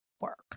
work